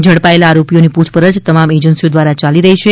ઝડપાયેલા આરોપીઓની પૂછપરછ તમામ એજન્સીઓ દ્વારા ચાલી રહી છે